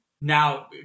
now